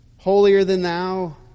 holier-than-thou